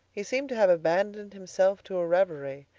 he seemed to have abandoned himself to a reverie,